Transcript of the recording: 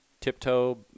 tiptoe